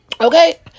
Okay